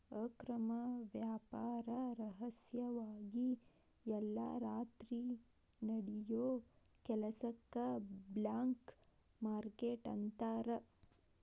ಅಕ್ರಮ ವ್ಯಾಪಾರ ರಹಸ್ಯವಾಗಿ ಎಲ್ಲಾ ರಾತ್ರಿ ನಡಿಯೋ ಕೆಲಸಕ್ಕ ಬ್ಲ್ಯಾಕ್ ಮಾರ್ಕೇಟ್ ಅಂತಾರ